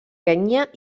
kenya